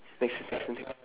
next question next